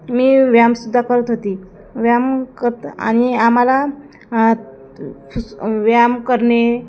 मी व्यायामसुद्धा करत होती व्यायाम करत आणि आम्हाला अ फूस व्यायाम करणे